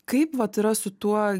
kaip vat yra su tuo